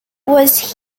was